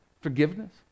forgiveness